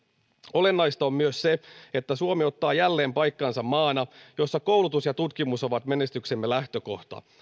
olennaista on myös se että suomi ottaa jälleen paikkansa maana jossa koulutus ja tutkimus ovat menestyksemme lähtökohta